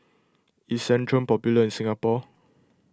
is Centrum popular in Singapore